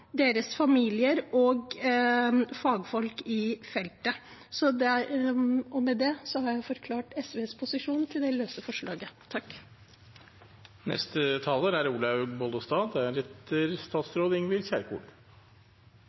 deres familier og fagfolk på feltet. Med det har jeg forklart SVs posisjon til det løse forslaget. For å begynne med siste taler: Det er